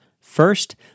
First